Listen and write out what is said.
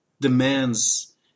demands